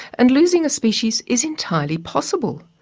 and losing a species is entirely possible.